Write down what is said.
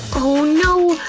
oh no!